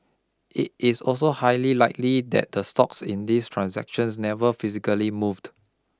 it is also highly likely that the stocks in these transactions never physically moved